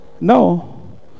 No